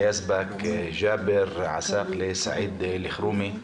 ג'עבר עסאקלה, סעיד אלחרומי,